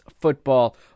Football